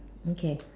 okay